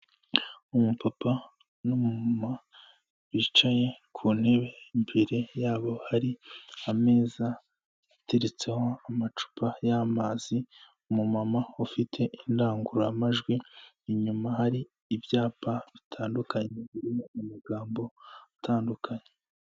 Umupapa n'umumama bicaye ku ntebe imbere yabo hari ameza ateretseho amacupa y'amazi, umumama ufite indangururamajwi inyuma hari ibyapa bitandukanye biriho amagambo atandukanye.